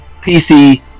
PC